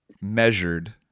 measured